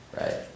right